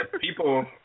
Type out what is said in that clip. people